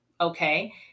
Okay